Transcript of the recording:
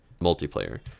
multiplayer